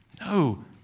No